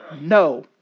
No